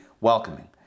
welcoming